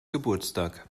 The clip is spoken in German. geburtstag